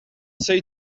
say